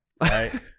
Right